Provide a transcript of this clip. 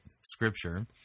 scripture